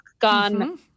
Gone